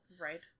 Right